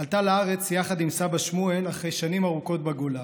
עלתה לארץ יחד עם סבא שמואל אחרי שנים ארוכות בגולה,